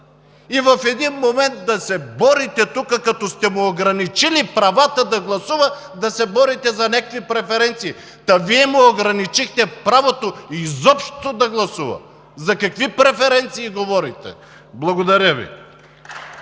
да не може да гласува – като сте му ограничили правата да гласува, да се борите тука за някакви преференции? Та Вие му ограничихте правото изобщо да гласува. За какви преференции говорите?! Благодаря Ви.